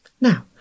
Now